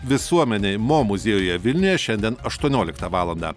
visuomenei mo muziejuje vilniuje šiandien aštuonioliktą valandą